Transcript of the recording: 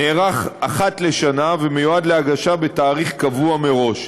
נערך אחת לשנה ומיועד להגשה בתאריך קבוע מראש,